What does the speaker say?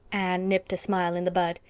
anne nipped a smile in the bud.